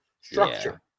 structure